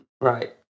Right